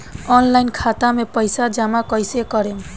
Online खाता मे पईसा जमा कइसे करेम?